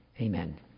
Amen